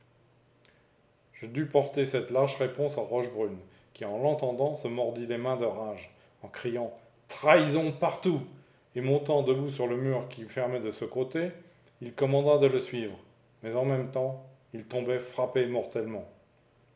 je dus porter cette lâche réponse à rochebrune qui en l'entendant se mordit les mains de rage en s'écriant trahison partout et montant debout sur le mur qui fermait de ce côté il commanda de le suivre mais en même temps il tombait frappé mortellement